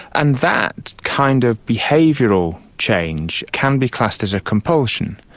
and that kind of behavioural change can be classed as a compulsion.